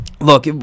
look